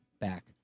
back